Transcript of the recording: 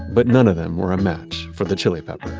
but none of them were a match for the chili pepper